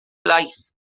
laeth